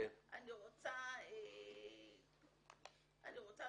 אני רוצה